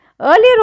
Earlier